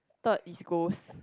third is ghost